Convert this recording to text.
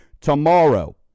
tomorrow